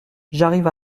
j’arrive